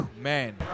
Man